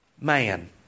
man